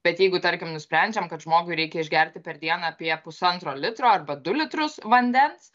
bet jeigu tarkim nusprendžiam kad žmogui reikia išgerti per dieną apie pusantro litro arba du litrus vandens